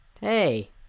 hey